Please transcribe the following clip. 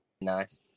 nice